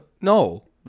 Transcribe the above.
no